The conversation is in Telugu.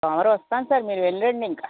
సోమవారం వస్తాను సార్ మీరు వెళ్ళిరండి ఇంక